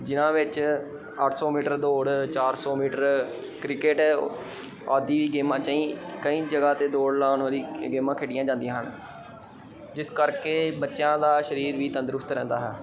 ਜਿਨ੍ਹਾਂ ਵਿੱਚ ਅੱਠ ਸੌ ਮੀਟਰ ਦੌੜ ਚਾਰ ਸੌ ਮੀਟਰ ਕ੍ਰਿਕਟ ਆਦਿ ਗੇਮਾਂ ਚਈ ਕਈ ਜਗ੍ਹਾ 'ਤੇ ਦੌੜ ਲਾਉਣ ਵਾਲੀ ਗੇਮਾਂ ਖੇਡੀਆਂ ਜਾਂਦੀਆਂ ਹਨ ਜਿਸ ਕਰਕੇ ਬੱਚਿਆਂ ਦਾ ਸਰੀਰ ਵੀ ਤੰਦਰੁਸਤ ਰਹਿੰਦਾ ਹੈ